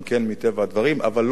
אבל לא בתוקף זה, עד סין,